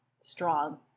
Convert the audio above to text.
strong